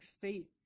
faith